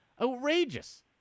Outrageous